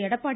Edappadi